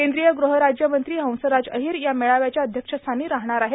केंद्रीय गृहराज्यमंत्री हंसराज अहीर या मेळाव्याच्या अध्यक्षस्थानी राहणार आहेत